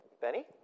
Benny